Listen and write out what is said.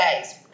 days